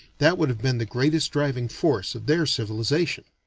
that would have been the greatest driving force of their civilization.